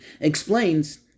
explains